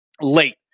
late